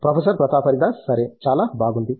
professor Pratap Haridas సరే చాలా బాగుంది